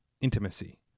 intimacy